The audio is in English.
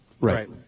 Right